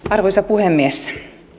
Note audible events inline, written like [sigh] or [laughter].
[unintelligible] arvoisa puhemies